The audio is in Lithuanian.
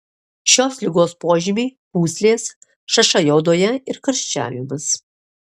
šios ligos požymiai pūslės šašai odoje ir karščiavimas